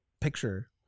picture